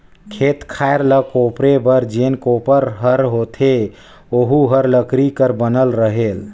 खेत खायर ल कोपरे बर जेन कोपर हर होथे ओहू हर लकरी कर बनल रहेल